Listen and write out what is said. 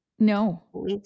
No